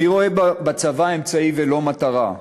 אני רואה בצבא אמצעי ולא מטרה.